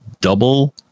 double